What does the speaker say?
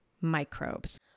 microbes